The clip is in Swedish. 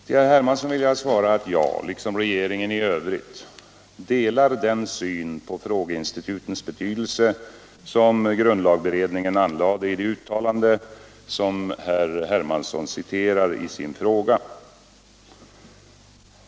Till herr Hermansson vill jag svara att jag — liksom regeringen i övrigt —- delar den syn på frågeinstitutens betydelse som grundlagberedningen anlade i det uttalande som herr Hermansson citerar i sin fråga.